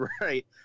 Right